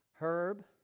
Herb